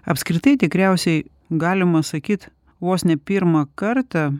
apskritai tikriausiai galima sakyt vos ne pirmą kartą